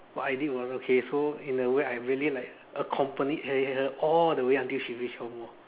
what I did was okay so in a way I really like accompanied her her all the way until she reached home lor